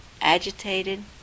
agitated